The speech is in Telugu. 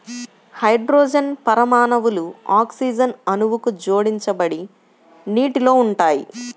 హైడ్రోజన్ పరమాణువులు ఆక్సిజన్ అణువుకు జోడించబడి నీటిలో ఉంటాయి